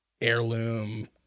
heirloom